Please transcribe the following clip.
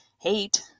hate